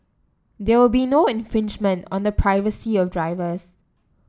there will be no infringement on the privacy of drivers